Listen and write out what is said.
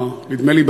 נדמה לי,